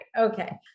Okay